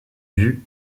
vues